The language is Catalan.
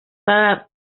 paràmetres